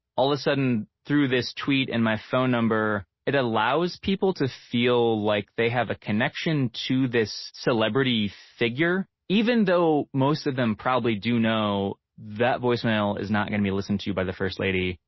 all of a sudden through this tweet and my phone number it allows people to feel like they have a connection to this celebrity figure, even though most of them probably do know that voicemail is not going to be listened to by the first lady.